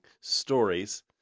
stories